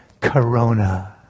Corona